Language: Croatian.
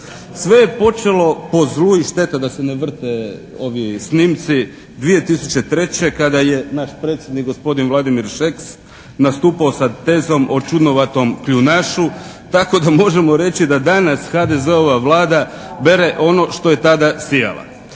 Sve je počelo po zlu i šteta da se ne vrti ovi snimci 2003. kada je naš predsjednik gospodin Vladimir Šeks nastupao sa tezom o čudnovatom kljunašu tako da možemo reći da danas HDZ-ova Vlada bere ono što je tada sijala.